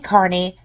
Carney